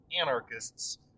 anarchists